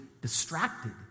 distracted